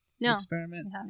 experiment